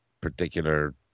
particular